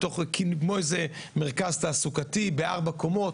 כאילו כמו איזה מרכז תעסוקתי בארבע קומות,